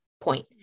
point